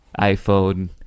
iPhone